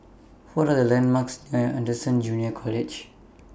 What Are The landmarks near Anderson Junior College